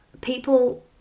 people